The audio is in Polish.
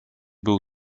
był